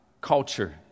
culture